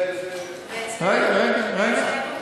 זה, ואצלנו?